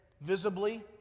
visibly